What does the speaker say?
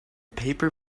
paper